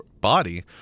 body